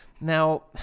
Now